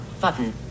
button